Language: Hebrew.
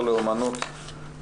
ומה אתם מתכננים לעשות איתם.